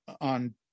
on